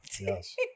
Yes